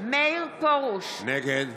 מאיר פרוש, נגד